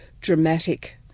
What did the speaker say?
dramatic